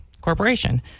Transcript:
corporation